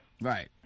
Right